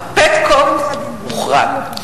ה"פטקוק" הוחרג.